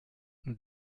nous